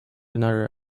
another